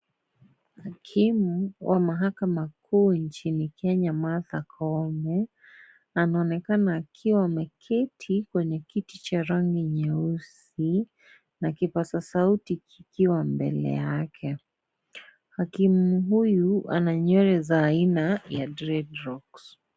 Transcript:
Hakimu wa mahakama kuu nchini Kenya, Martha Koome. Anaonekana akiwa ameketi kwenye kiti cha rangi nyeusi na kipasa sauti kikiwa mbele yake. Hakimu huyu ana nywele za aina ya dread rocks .